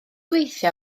weithio